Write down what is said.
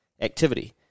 Activity